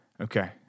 Okay